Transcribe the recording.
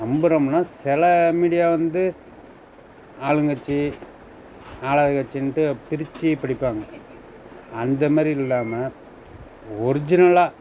நம்புறோம்னா சில மீடியா வந்து ஆளுங்கட்சி நாலாவது கட்சின்ட்டு பிரிச்சு படிப்பாங்கள் அந்தமாதிரி இல்லாமல் ஒரிஜினலாக